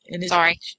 Sorry